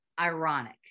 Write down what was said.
ironic